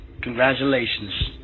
congratulations